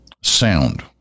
sound